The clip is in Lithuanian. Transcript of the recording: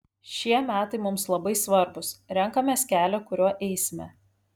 šie metai mums labai svarbūs renkamės kelią kuriuo eisime